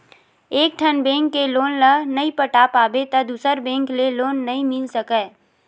एकठन बेंक के लोन ल नइ पटा पाबे त दूसर बेंक ले लोन नइ मिल सकय